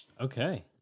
Okay